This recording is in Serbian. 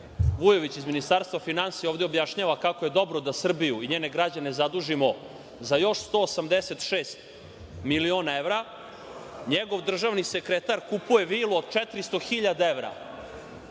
Vujović, iz Ministarstva finansija, ovde objašnjava kako je dobro da Srbiju i njene građane zadužimo za još 186 miliona evra, njegov državni sekretar kupuje vilu od 400.000 evra.